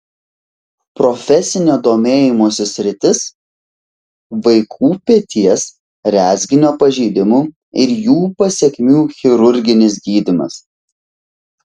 profesinio domėjimosi sritis vaikų peties rezginio pažeidimų ir jų pasekmių chirurginis gydymas